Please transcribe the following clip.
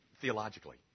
theologically